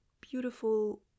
beautiful